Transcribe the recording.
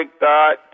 dot